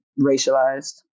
racialized